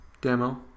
Demo